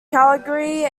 calgary